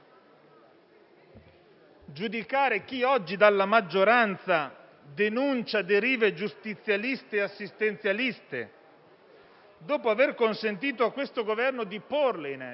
giudicare chi oggi, dalla maggioranza, denuncia derive giustizialiste e assistenzialiste, dopo aver consentito a questo Governo di porle in essere.